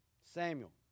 Samuel